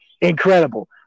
incredible